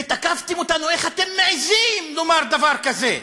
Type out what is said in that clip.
ותקפתם אותנו: איך אתם מעזים לומר דבר כזה?